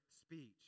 speech